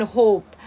hope